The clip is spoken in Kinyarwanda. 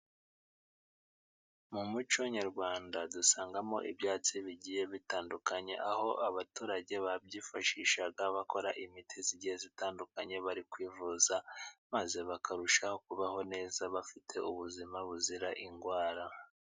Mu muco nyarwanda dusangamo ibyatsi bigiye bitandukanye，aho abaturage babyifashishaga， bakora imiti igiye itandukanye， bari kwivuza maze bakarushaho kubaho neza，bafite ubuzima buzira indwara.